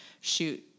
shoot